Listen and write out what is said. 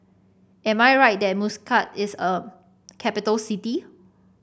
am I right that Muscat is a capital city